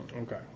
Okay